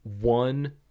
one